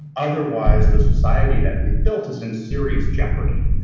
otherwise, the society that we've built is in serious jeopardy,